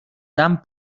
tan